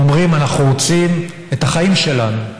הם אומרים: אנחנו רוצים את החיים שלנו.